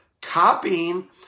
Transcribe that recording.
copying